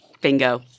Bingo